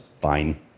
fine